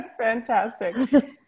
Fantastic